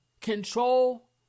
control